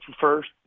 first